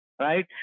right